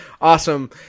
awesome